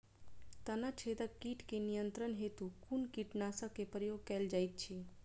तना छेदक कीट केँ नियंत्रण हेतु कुन कीटनासक केँ प्रयोग कैल जाइत अछि?